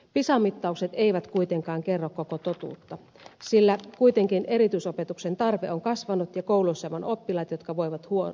pisa mittaukset eivät kuitenkaan kerro koko totuutta sillä kuitenkin erityisopetuksen tarve on kasvanut ja kouluissa on oppilaita jotka voivat tosi huonosti